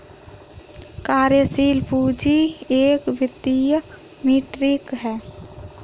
कार्यशील पूंजी एक वित्तीय मीट्रिक है